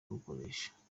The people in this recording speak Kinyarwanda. kurukoresha